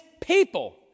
people